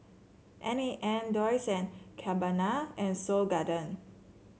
N A N Dolce and Gabbana and Seoul Garden